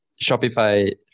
Shopify